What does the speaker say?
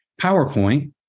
PowerPoint